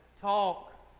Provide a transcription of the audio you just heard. talk